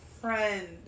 friend